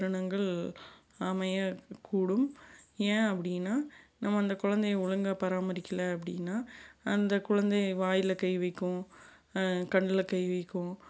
தருணங்கள் அமையக்கூடும் ஏன் அப்படின்னா நம்ம அந்த குழந்தைய ஒழுங்காக பராமரிக்கல அப்படின்னா அந்த குழந்தை வாயில் கை வைக்கும் கண்ணில் கை வைக்கும்